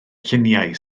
lluniau